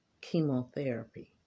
chemotherapy